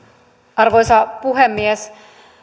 arvoisa puhemies